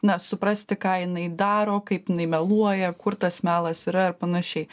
na suprasti ką jinai daro kaip jinai meluoja kur tas melas yra ir panašiai